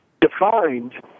defined